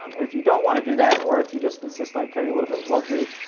um and if you don't want to do that, or if you just insist on carrying a little bit of luxury,